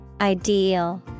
Ideal